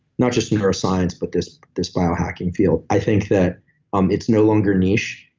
not just neuroscience, but this this biohacking field. i think that um it's no longer niche,